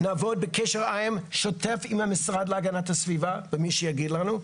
נעבוד בקשר עין שוטף עם המשרד להגנת הסביבה ומי שיגיד לנו,